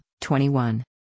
21